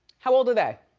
how old are they?